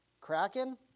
Kraken